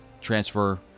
Transfer